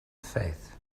faith